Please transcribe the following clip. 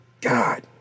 God